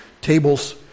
tables